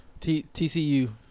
TCU